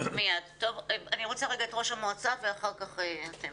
בואו נתקדם ונחזור לערן.